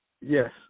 Yes